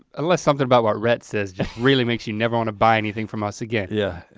unless something about what rhett says just really makes you never wanna buy anything from us again. yeah.